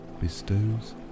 bestows